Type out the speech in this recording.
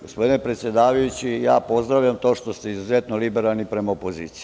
Gospodine predsedavajući, pozdravljam to što ste izuzetno liberalni prema opoziciji.